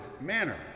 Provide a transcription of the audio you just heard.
manner